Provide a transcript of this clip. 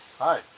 Hi